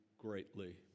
greatly